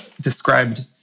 described